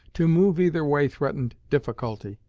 to move either way threatened difficulty.